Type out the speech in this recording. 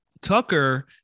Tucker